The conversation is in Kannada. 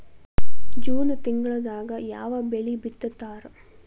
ಜೂನ್ ತಿಂಗಳದಾಗ ಯಾವ ಬೆಳಿ ಬಿತ್ತತಾರ?